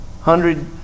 Hundred